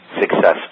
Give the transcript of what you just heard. successful